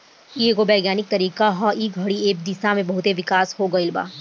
इ एगो वैज्ञानिक तरीका ह ए घड़ी ए दिशा में बहुते विकास हो गईल बा